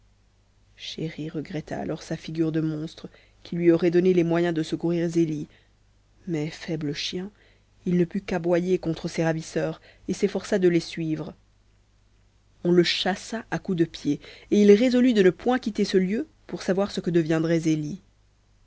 chéri regretta alors sa figure de monstre qui lui aurait donné les moyens de secourir zélie mais faible chien il ne put qu'aboyer contre ses ravisseurs et s'efforça de les suivre on le chassa à coups de pied et il résolut de ne point quitter ce lieu pour savoir ce que deviendrait zélie